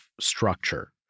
structure